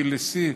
B ו-C,